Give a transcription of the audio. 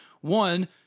one—